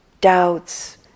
doubts